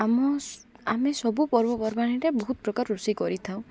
ଆମ ଆମେ ସବୁ ପର୍ବପର୍ବାଣୀରେ ବହୁତ ପ୍ରକାର ରୋଷେଇ କରିଥାଉ